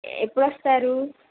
ఎప్పుడు వస్తారు